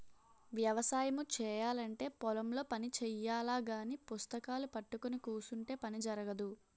వ్యవసాయము చేయాలంటే పొలం లో పని చెయ్యాలగాని పుస్తకాలూ పట్టుకొని కుసుంటే పని జరగదు